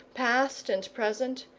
past and present,